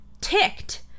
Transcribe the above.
ticked